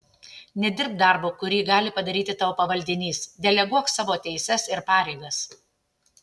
nedirbk darbo kurį gali padaryti tavo pavaldinys deleguok savo teises ir pareigas